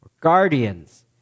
Guardians